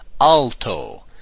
alto